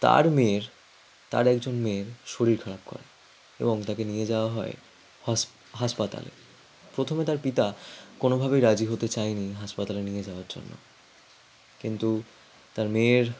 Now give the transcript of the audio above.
তার মেয়ের তার একজন মেয়ের শরীর খারাপ করে এবং তাকে নিয়ে যাওয়া হয় হস হাসপাতালে প্রথমে তার পিতা কোনোভাবেই রাজি হতে চায়নি হাসপাতালে নিয়ে যাওয়ার জন্য কিন্তু তার মেয়ের